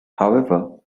however